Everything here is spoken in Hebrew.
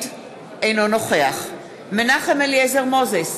אינו נוכח מנחם אליעזר מוזס,